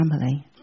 family